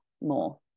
more